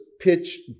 pitch